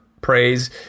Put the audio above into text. praise